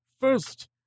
First